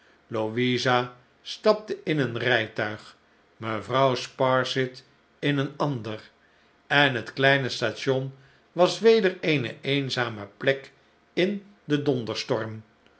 stapte in een rijtuig mevrouw sparsit in een ander en het kleine station was weder eene eenzame plek in den